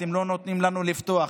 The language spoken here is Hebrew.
אתם לא נותנים לנו לפתוח.